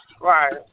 Right